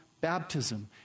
baptism